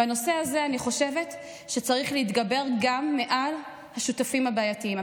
בנושא הזה אני חושבת שצריך להתגבר גם על השותפים הבעייתיים.